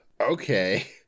okay